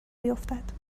بیفتد